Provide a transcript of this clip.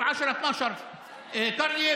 ב-12-10 הכפרים,